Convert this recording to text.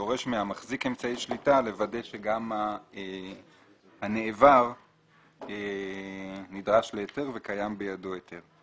דורש ממחזיק אמצעי שליטה לוודא שגם הנעבר נדרש להיתר וקיים בידו היתר.